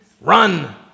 run